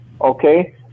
okay